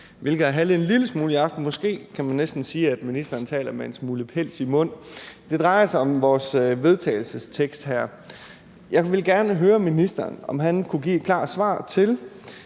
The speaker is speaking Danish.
haltet med en lille smule i aften. Måske kan man næsten sige, at ministeren taler med en smule pels i mund. Det drejer sig om vores forslag til vedtagelse. Jeg vil gerne høre ministeren, om han kunne give et klart svar på,